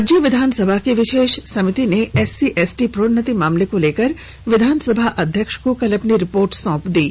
राज्य विधानसभा की विशेष समिति ने एससी एसटी प्रोन्नति मामले को लेकर विधानसभा अध्यक्ष को कल अपनी रिपोर्ट सौंप दी है